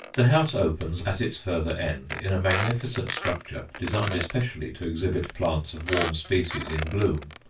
the house opens, at its further end, in a magnificent structure designed especially to exhibit plants of warm species in bloom.